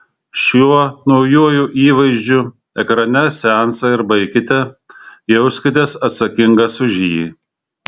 šiuo naujuoju įvaizdžiu ekrane seansą ir baikite jauskitės atsakingas už jį